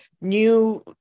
new